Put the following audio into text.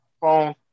phone